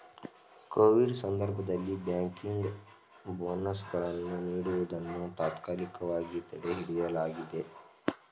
Covid ಸಂದರ್ಭದಲ್ಲಿ banking bonus ಗಳನ್ನು ನೀಡುವುದನ್ನು ತಾತ್ಕಾಲಿಕವಾಗಿ ತಡೆಹಿಡಿಯಲಾಗಿದೆ